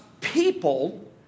people